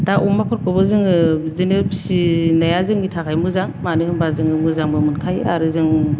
दा अमाफोरखौबो जोङो बिदिनो जोङो फिसिया जोंनि थाखाय मोजां मानो होनोबा जोङो मोजांबो मोनखायो आरो जों